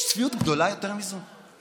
יש צביעות גדולה יותר מזו?